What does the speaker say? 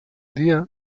dia